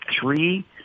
three